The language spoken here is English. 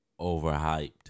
overhyped